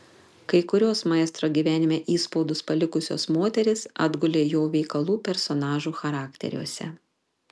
kai kurios maestro gyvenime įspaudus palikusios moterys atgulė jo veikalų personažų charakteriuose